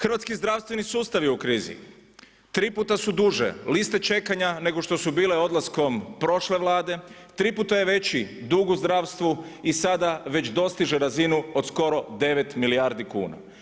Hrvatski zdravstveni sustav je u krizi, tri puta su duže liste čekanja nego što su bile odlaskom prošle Vlade, tri puta je veći dug u zdravstvu i sada već dostiže razinu od skoro 9 milijardi kuna.